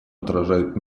отражает